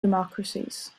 democracies